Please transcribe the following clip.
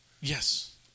Yes